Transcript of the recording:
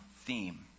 theme